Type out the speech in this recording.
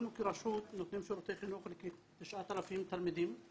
אנחנו כרשות נותנים שירותי חינוך ל-9,000 תלמידים,